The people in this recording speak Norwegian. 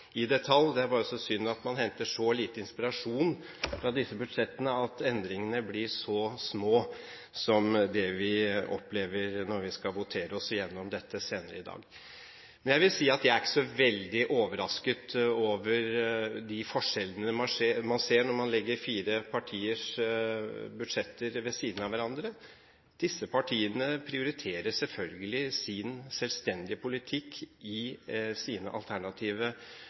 i detalj. Det er bare så synd at man henter så lite inspirasjon fra disse budsjettene, at endringene blir så små som det vi opplever når vi skal votere oss igjennom dette senere i dag. Jeg er ikke så veldig overrasket over de forskjellene man ser når man legger fire partiers budsjetter ved siden av hverandre. Disse partiene prioriterer selvfølgelig sin selvstendige politikk i sine alternative